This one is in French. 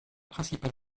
principal